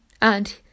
and